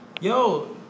Yo